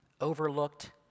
overlooked